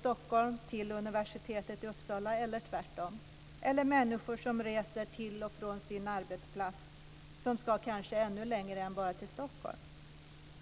Stockholm till universitetet i Uppsala eller tvärtom eller människor som reser till och från sin arbetsplats och som kanske ska ännu längre än till Stockholm.